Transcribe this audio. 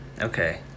Okay